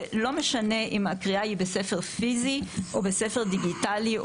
לא משנה אם הקריאה היא בספר פיזי או בספר דיגיטלי,